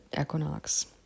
equinox